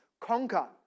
Conquer